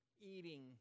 eating